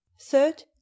third